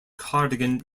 cardigan